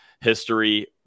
history